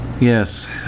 yes